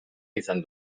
izan